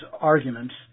arguments